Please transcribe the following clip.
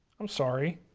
i'm sorry.